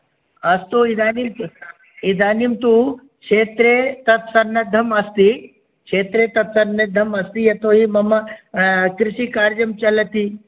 अस्तु इदानीं तु इदानीं तु क्षेत्रे तत्सन्नद्धम् अस्ति क्षेत्रे तत्सन्निद्धम् अस्ति यतो हि मम कृषिकार्यं चलति